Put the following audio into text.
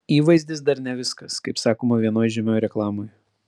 įvaizdis dar ne viskas kaip sakoma vienoj žymioj reklamoj